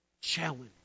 challenge